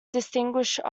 distinguished